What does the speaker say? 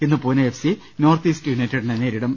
ഇന്ന് Pune F C north east യുണൈറ്റഡിനെ നേരിടും